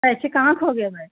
पैसे कहाँ खो गए भाई